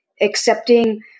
accepting